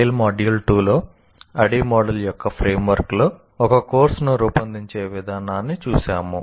TALE module 2 లో ADDIE model యొక్క framework లో ఒక కోర్సును రూపొందించే విధానాన్ని చూశాము